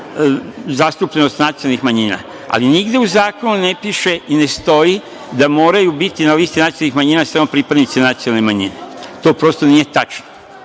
zastupljenost nacionalnih manjina. Ali, nigde u zakonu ne piše i ne stoji da moraju biti na listi nacionalnih manjina samo pripadnici nacionalne manjine. To prosto nije tačno.